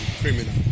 criminal